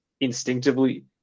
instinctively